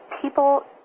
people